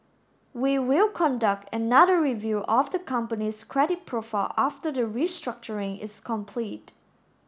we will conduct another review of the company's credit profile after the restructuring is complete